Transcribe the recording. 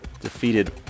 defeated